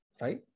right